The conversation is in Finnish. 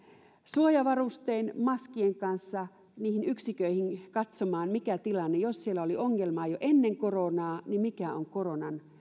suojavarusteiden maskien kanssa niihin yksiköihin mentiin katsomaan mikä on tilanne jos siellä oli ongelmia jo ennen koronaa niin mikä onkaan koronan